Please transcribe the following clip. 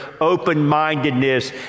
open-mindedness